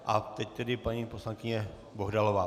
A teď tedy paní poslankyně Bohdalová.